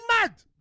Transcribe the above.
mad